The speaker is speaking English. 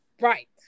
right